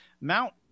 Mount